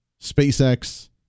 SpaceX